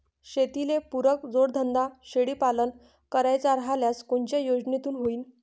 शेतीले पुरक जोडधंदा शेळीपालन करायचा राह्यल्यास कोनच्या योजनेतून होईन?